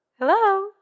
Hello